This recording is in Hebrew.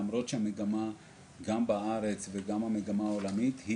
אף על פי שהמגמה בארץ וגם בעולם היא